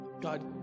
God